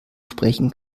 sprechen